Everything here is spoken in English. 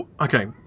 okay